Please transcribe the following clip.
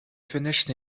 finished